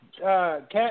Cat